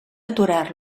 aturar